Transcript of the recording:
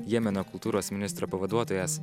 jemeno kultūros ministro pavaduotojas